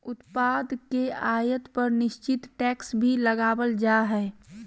उत्पाद के आयात पर निश्चित टैक्स भी लगावल जा हय